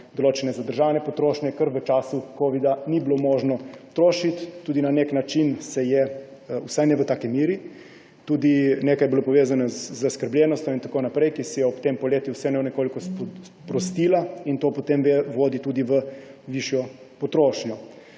določene zadržane potrošnje, ker v času covida ni bilo možno trošiti. Na nek način se je, a vsaj ne v taki meri, nekaj je bilo povezano tudi z zaskrbljenostjo in tako naprej, ki se je v tem poletju vseeno nekoliko sprostila, in to potem vodi tudi v višjo potrošnjo.